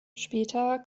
später